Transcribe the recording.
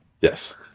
Yes